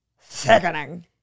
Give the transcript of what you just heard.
sickening